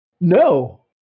No